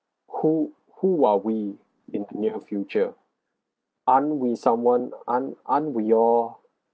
who who are we in the near future aren't we someone aren't aren't we all